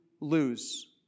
lose